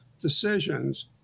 decisions